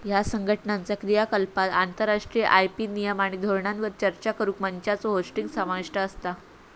ह्या संघटनाचा क्रियाकलापांत आंतरराष्ट्रीय आय.पी नियम आणि धोरणांवर चर्चा करुक मंचांचो होस्टिंग समाविष्ट असता